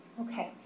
Okay